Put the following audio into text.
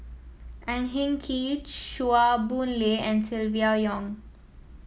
Ang Hin Kee Chua Boon Lay and Silvia Yong